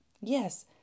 Yes